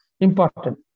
important